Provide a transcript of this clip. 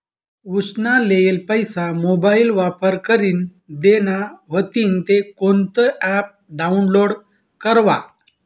उसना लेयेल पैसा मोबाईल वापर करीन देना व्हतीन ते कोणतं ॲप डाऊनलोड करवा?